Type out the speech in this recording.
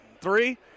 three